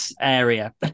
area